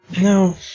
No